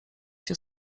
się